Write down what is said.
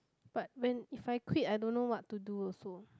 but when if I quit I don't know what to do also